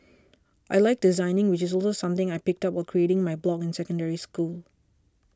I like designing which is also something I picked up while creating my blog in Secondary School